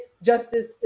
Justice